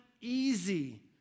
easy